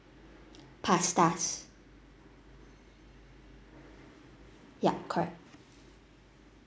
pastas yup correct